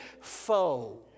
foe